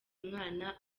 umwana